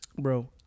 Bro